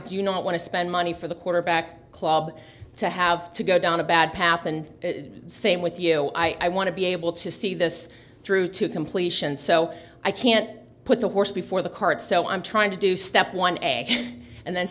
do not want to spend money for the quarterback club to have to go down a bad path and say i'm with you i want to be able to see this through to completion so i can't put the horse before the cart so i'm trying to do step one egg and then